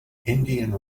indian